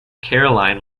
caroline